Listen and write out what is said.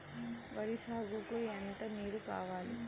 వరి సాగుకు ఎంత నీరు కావాలి?